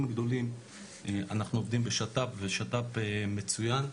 הגדולים אנחנו עובדים בשת"פ ושת"פ מצויין.